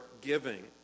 giving